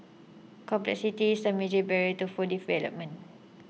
complexity is a major barrier to full deployment